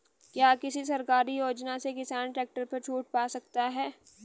क्या किसी सरकारी योजना से किसान ट्रैक्टर पर छूट पा सकता है?